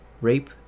rape